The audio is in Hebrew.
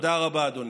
תודה רבה, אדוני.